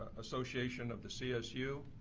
association of the csu,